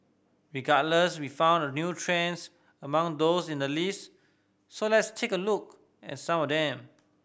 regardless we found a few trends among those in the list so let's take a look at some of them